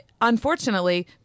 unfortunately